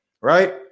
right